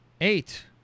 eight